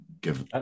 give